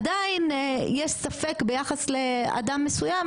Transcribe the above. עדיין יש ספק ביחס לאדם מסוים,